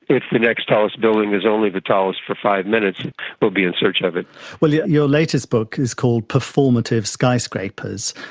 if the next tallest building is only the tallest for five minutes, we will be in search of it. well, yeah your latest book is called performative skyscrapers,